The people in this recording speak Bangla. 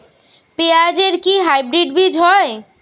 পেঁয়াজ এর কি হাইব্রিড বীজ হয়?